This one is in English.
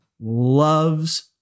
loves